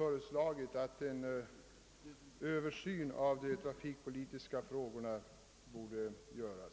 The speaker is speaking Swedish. föreslagit att en översyn av de trafikpolitiska frågorna måtte göras.